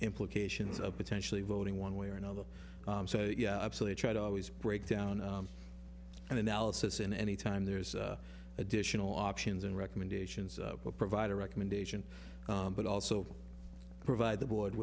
implications of potentially voting one way or another so yeah absolutely try to always break down and analysis in any time there's additional options and recommendations provide a recommendation but also provide the board